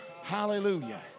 Hallelujah